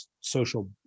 social